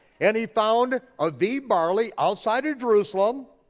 and he found aviv barley outside of jerusalem,